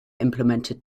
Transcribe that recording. implemented